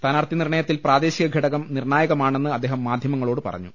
സ്ഥാനാർത്ഥി നിർണയത്തിൽ പ്രദേശിക ഘടകം നിർണായകമാണെന്ന് അദ്ദേഹം മാധ്യമങ്ങളോട് പറഞ്ഞു